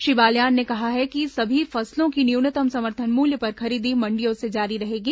श्री बालयान ने कहा कि सभी फसलों की न्यूनतम समर्थन मूल्य पर खरीदी मंडियों से जारी रहेगी